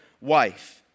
wife